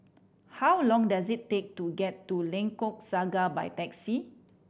how long does it take to get to Lengkok Saga by taxi